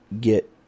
get